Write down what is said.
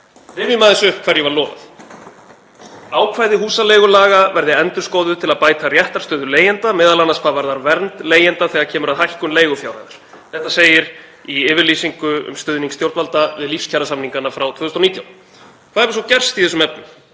Rifjum aðeins upp hverju var lofað. Ákvæði húsaleigulaga verði endurskoðuð til að bæta réttarstöðu leigjenda, m.a. hvað varðar vernd leigjenda þegar kemur að hækkun leigufjárhæðar. Þetta segir í yfirlýsingu um stuðning stjórnvalda við lífskjarasamningana frá 2019. Hvað hefur svo gerst í þessum efnum?